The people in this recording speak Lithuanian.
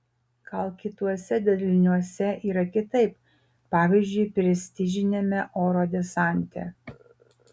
gal kituose daliniuose yra kitaip pavyzdžiui prestižiniame oro desante